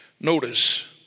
Notice